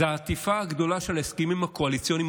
זה העטיפה הגדולה של ההסכמים הקואליציוניים